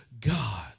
God